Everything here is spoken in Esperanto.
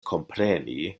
kompreni